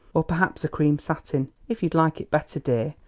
or perhaps a cream satin if you'd like it better, dear,